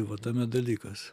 va tame dalykas